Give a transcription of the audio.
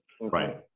Right